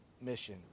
mission